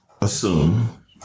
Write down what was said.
assume